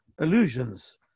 illusions